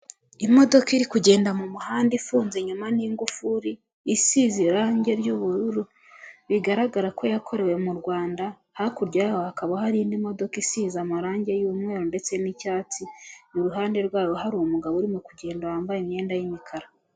Imodoka iri kugenda mu muhanda ifunze nyuma n'ingufuri, isize irangi ry'ubururu. Bigaragara ko yakorewe mu Rwanda, hakurya yaho hakaba hari indi modoka isize amarangi y'umweru ndetse n'icyatsi. Iruhande rwayo hari umugabo urimo kugenda wambaye imyenda y'imikara.